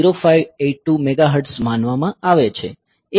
0582 megahertz માનવામાં આવે છે